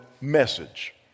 message